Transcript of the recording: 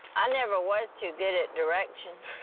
i never was too good at directions.